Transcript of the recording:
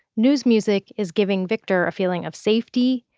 news music is giving victor a feeling of safety,